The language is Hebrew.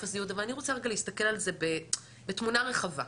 הסיעוד אבל אני רוצה רגע להסתכל על זה בתמונה רחבה.